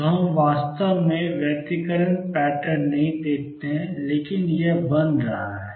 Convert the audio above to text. तो हम वास्तव में व्यतिकरण पैटर्न नहीं देखते हैं लेकिन यह बन रहा है